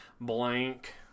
blank